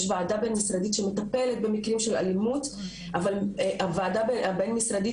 יש ועדה בין משרדית שמטפלת במקרים של אלימות אבל הוועדה הבין משרדית